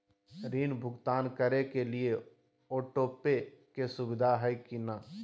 ऋण भुगतान करे के लिए ऑटोपे के सुविधा है की न?